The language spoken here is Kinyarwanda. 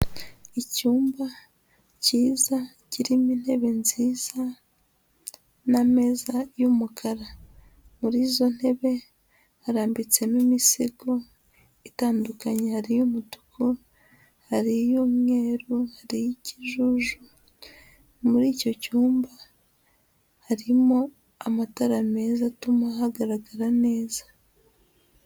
Icyumba kiza kirimo intebe nziza n'ameza y'umukara. Muri izo ntebe harambitsemo imisego itandukanye, hari iy'umutuku, hari iy'umweru, hari iy'ikijuju, muri icyo cyumba harimo amatara meza atuma hagaragarara neza.